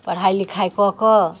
पढ़ाइ लिखाइ कऽ के